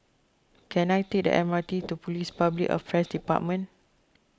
can I take the M R T to Police Public Affairs Department